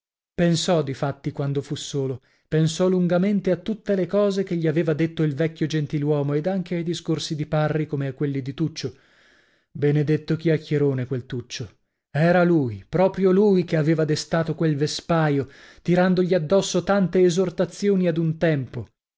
pensò difatti quando fu solo pensò lungamente a tutte le cose che gli aveva detto il vecchio gentiluomo ed anche ai discorsi di parri come a quelli di tuccio benedetto chiacchierone quel tuccio era lui proprio lui che aveva destato quel vespaio tirandogli addosso tante esortazioni ad un tempo